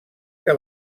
que